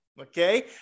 Okay